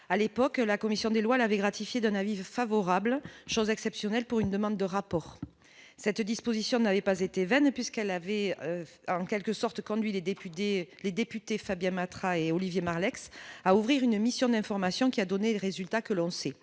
à l'époque, la commission des lois, l'avait gratifié d'un avis favorable, chose exceptionnelle pour une demande de rapport, cette disposition n'avait pas été vaine, puisqu'elle avait en quelque sorte, conduit les députés, les députés Fabien Matras et Olivier Marlex à ouvrir une mission d'information qui a donné les résultats que l'on sait